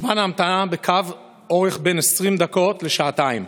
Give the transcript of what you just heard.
זמן ההמתנה בקו הוא בין 20 דקות לשעתיים.